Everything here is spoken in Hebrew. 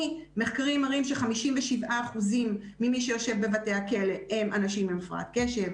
כי מחקרים מראים ש-57% ממי שיושבים בבתי הכלא הם אנשים עם הפרעת קשב,